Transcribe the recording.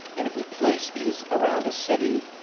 and if we place these around a city,